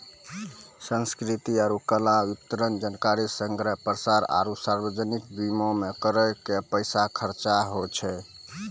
संस्कृति आरु कला, वितरण, जानकारी संग्रह, प्रसार आरु सार्वजनिक बीमा मे करो के पैसा खर्चा होय छै